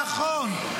נכון.